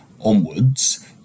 onwards